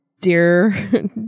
dear